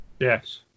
Yes